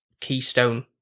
keystone